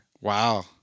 Wow